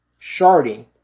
sharding